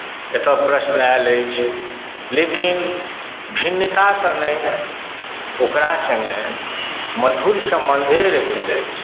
एतय प्रश्न आयल अछि लेकिन भिन्नता तऽ नहि ओकरा सङ्गे मधुर सम्बन्धे रहैत अछि